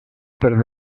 per